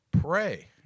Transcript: Pray